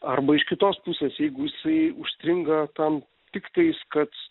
arba iš kitos pusės jeigu jisai užstringa tam tiktais kad